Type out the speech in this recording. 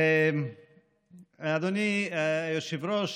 אדוני היושב-ראש,